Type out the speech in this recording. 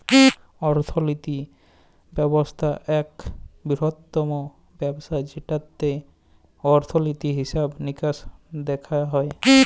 অর্থলিতি ব্যবস্থা ইকট বিরহত্তম ব্যবস্থা যেটতে অর্থলিতি, হিসাব মিকাস দ্যাখা হয়